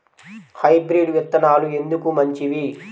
Hybrid విత్తనాలు ఎందుకు మంచివి?